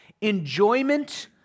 enjoyment